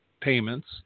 payments